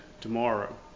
tomorrow